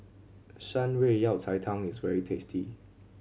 Shan Rui Yao Cai Tang is very tasty